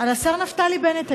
על השר נפתלי בנט היום?